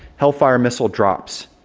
hellfire missile drops.